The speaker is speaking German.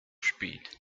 spät